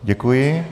Děkuji.